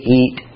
eat